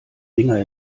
dinger